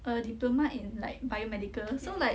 a diploma in like biomedical so like